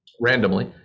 randomly